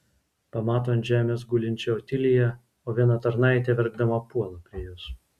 pamato ant žemės gulinčią otiliją o viena tarnaitė verkdama puola prie jos